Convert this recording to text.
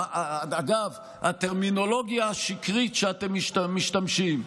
אגב, הטרמינולוגיה השקרית שאתם משתמשים: